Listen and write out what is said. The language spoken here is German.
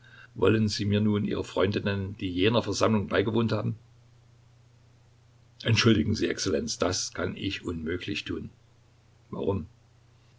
wollen sie mir nun ihre freunde nennen die jener versammlung beigewohnt haben entschuldigen sie exzellenz das kann ich unmöglich tun warum